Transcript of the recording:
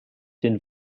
den